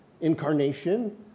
incarnation